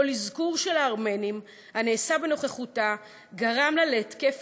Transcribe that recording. כל אזכור של הארמנים שנעשה בנוכחותה גרם לה להתקף